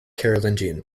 carolingian